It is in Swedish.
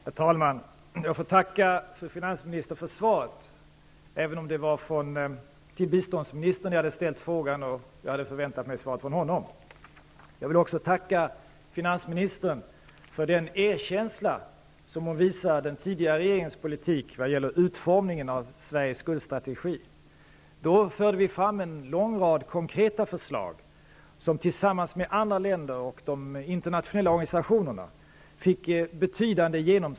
Herr talman! Jag tackar finansministern för svaret, även om det var till biståndsministern jag hade ställt frågan och jag hade förväntat mig svaret från honom. Jag vill också tacka finansministern för den erkänsla som hon visar den tidigare regeringens politik vad gäller utformningen av Sveriges skuldstrategi. Vi förde fram en lång rad konkreta förslag, som fick betydande genomslag hos andra länder och de internationella organisationerna.